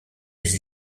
des